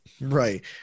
right